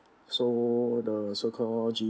so the so called